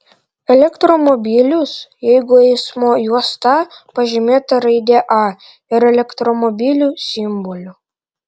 elektromobilius jeigu eismo juosta pažymėta raide a ir elektromobilių simboliu